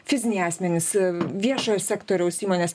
fiziniai asmenys viešojo sektoriaus įmonės